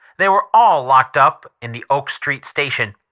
they were all locked up in the oak street station.